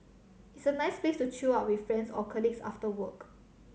it's a nice place to chill out with friends or colleagues after work